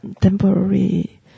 temporary